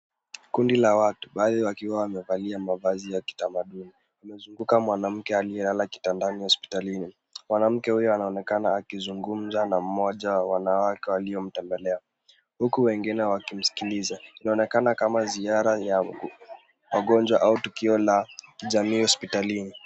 Kundi la watu baadhi wakiwa wamevalia mavazi ya kitamaduni. Wamezunguka mwanamke aliyelala kitandani hospitalini. Mwanamke huyo anaonekana akizungumza na mmoja wa wanawake waliomtembelea huku wengine wakimsikiliza. Inaonekana kama ziara ya wagonjwa au tukio la jamii hospitalini.